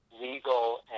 legal